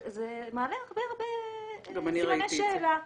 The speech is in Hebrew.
זה מעלה הרבה הרבה סימני שאלה.